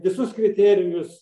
visus kriterijus